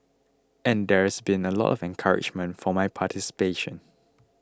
and there's been a lot of encouragement for my participation